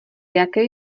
jaké